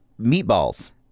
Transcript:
Meatballs